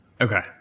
Okay